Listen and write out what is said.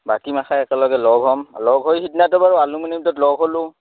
বাকীমাখা একেলগে লগ হম লগ হৈ সিদিনাটো বাৰু এলুমিনি মিটত লগ হ'লোঁ